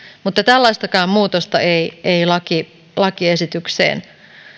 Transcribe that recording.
mutta tällaistakaan muutosta ei ei lakiesitykseen